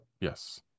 Yes